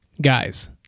Guys